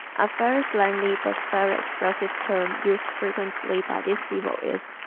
a very slangy but very expressive term used frequently by these people is,